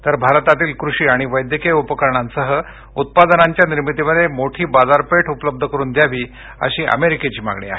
तर भारतातील कृषी आणि वैद्यकीय उपकरणांसह उत्पादनांच्या निर्मितीमध्ये मोठी बाजारपेठ उपलब्ध करून द्यावी अशी अमेरिकेची मागणी आहे